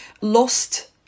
lost